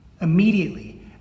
Immediately